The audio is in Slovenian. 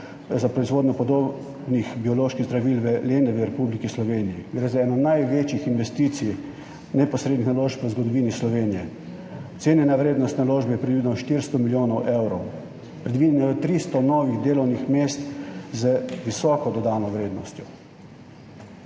za proizvodnjo podobnih bioloških zdravil v Lendavi v Republiki Sloveniji. Gre za eno največjih investicij, neposrednih naložb v zgodovini Slovenije. Cenjena vrednost naložbe je predvidoma 400 milijonov evrov, predvideno je 300 novih delovnih mest z visoko dodano vrednostjo.